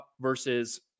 versus